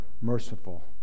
merciful